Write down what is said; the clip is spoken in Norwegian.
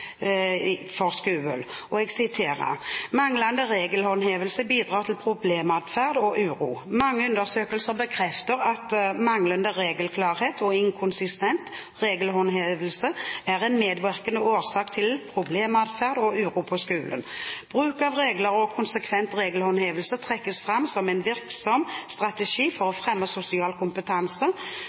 regelhåndhevelse bidrar til problematferd og uro. Mange undersøkelser bekrefter at manglende regelklarhet og inkonsistent regelhåndhevelse er en medvirkende årsak til problematferd og uro på skolen. Bruk av regler og konsekvent regelhåndhevelse trekkes fram som en virksom strategi for å fremme sosial kompetanse